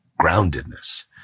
groundedness